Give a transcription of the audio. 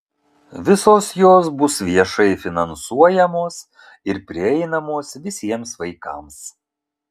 visos jos bus viešai finansuojamos ir prieinamos visiems vaikams